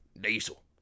Diesel